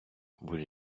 будь